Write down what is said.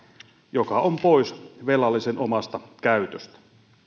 joka on pois velallisen omasta käytöstä